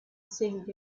seemed